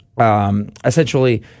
Essentially